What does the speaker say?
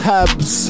Tabs